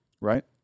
right